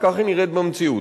וכך היא נראית במציאות.